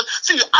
See